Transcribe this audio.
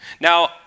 Now